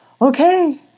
Okay